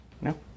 No